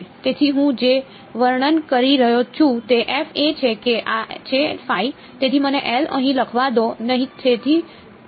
તેથી હું જે વર્ણન કરી રહ્યો છું તે એ છે કે આ છે તેથી મને અહીં લખવા દો નહીં